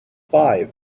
five